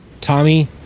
Tommy